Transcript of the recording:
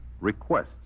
Requests